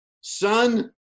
Son